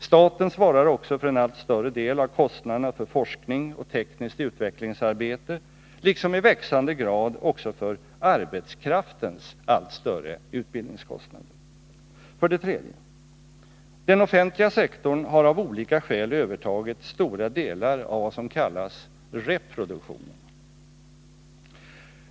Staten svarar också för en allt större del av kostnaderna för forskning och tekniskt utvecklingsarbete liksom i växande grad också för arbetskraftens allt större utbildningskostnader. 3. Den offentliga sektorn har av olika skäl övertagit stora delar av vad som kallas reproduktionen.